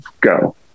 go